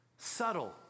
Subtle